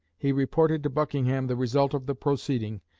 he reported to buckingham the result of the proceeding,